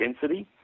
density